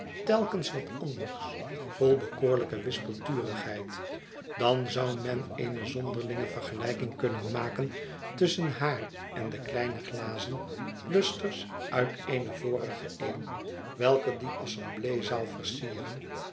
telkens wat anders vol bekoorlijke wispelturigheid dan zou men eene zonderlinge vergelijking kunnen maken tusschen haar en de kleine glazen lustres uit eene vorige eeuw welke die assemblee zaal versieren